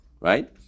right